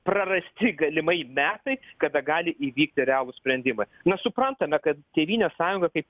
prarasti galimai metai kada gali įvykti realūs sprendimai na suprantame kad tėvynės sąjunga kaip